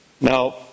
Now